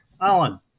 Alan